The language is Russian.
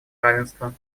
равенства